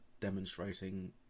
demonstrating